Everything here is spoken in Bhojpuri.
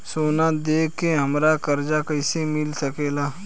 सोना दे के हमरा कर्जा कईसे मिल सकेला?